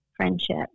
friendship